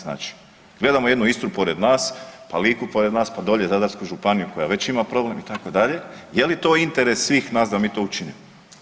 Znači, gledamo jednu Istru pored nas, pa Liku pored nas, pa dolje Zadarsku županiju koja već ima problem itd., je li to interes svih nas da mi to učinimo.